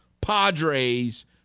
Padres